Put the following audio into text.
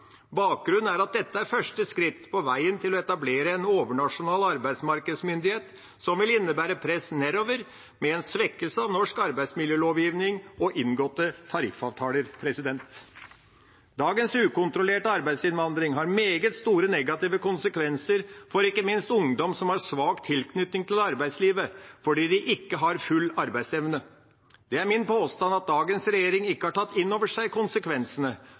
Bakgrunnen er at dette er første skritt på veien til å etablere en overnasjonal arbeidsmarkedsmyndighet som vil innebære press nedover, med en svekkelse av norsk arbeidsmiljølovgivning og inngåtte tariffavtaler. Dagens ukontrollerte arbeidsinnvandring har meget store negative konsekvenser, ikke minst for ungdommer som har svak tilknytning til arbeidslivet fordi de ikke har full arbeidsevne. Det er min påstand at dagens regjering ikke har tatt inn over seg konsekvensene